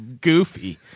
goofy